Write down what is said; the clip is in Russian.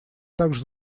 также